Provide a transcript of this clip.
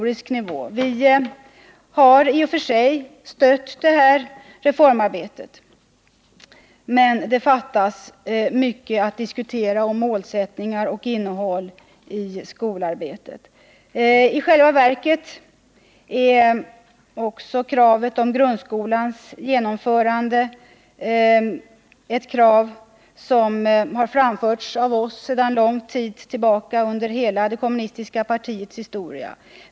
Vi kommunister har i och för sig stött detta reformarbete, men mycket återstår att diskutera om när det gäller målsättningar och innehåll i skolarbetet. I själva verket är kravet på grundskolans genomförande ett krav som har framförts av oss sedan lång tid tillbaka och under hela det kommunistiska partiets historia.